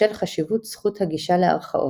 בשל חשיבות זכות הגישה לערכאות.